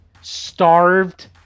starved